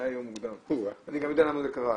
אני גם יודע למה זה קרה,